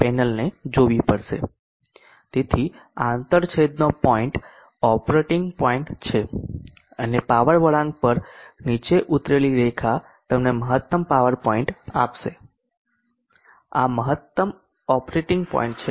તેથી આંતરછેદનો point operating point છે અને પાવર વળાંક પર નીચે ઉતરેલી રેખા તમને મહત્તમ પાવર પોઇન્ટ આપશે અને આ મહત્તમ ઓપરેટિંગ પોઈન્ટ છે